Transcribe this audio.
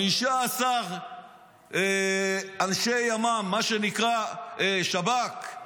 15 אנשי ימ"מ, מה שנקרא שב"כ,